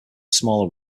small